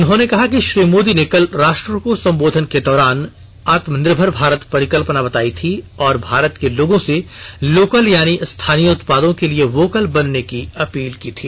उन्होंने कहा श्री मोदी ने कल राष्ट्र को संबोधन के दौरान आत्मनिर्भर भारत परिकल्पना बतायी थी और भारत के लोगों से लोकल यानी स्थानीय उत्पादों के लिए वोकल बनने की अपील की थी